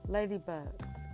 Ladybugs